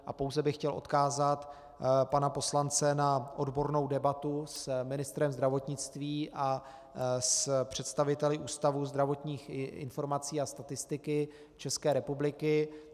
A pouze bych chtěl odkázat pana poslance na odbornou debatu s ministrem zdravotnictví a s představiteli Ústavu zdravotních informací a statistiky České republiky.